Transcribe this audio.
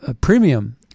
premium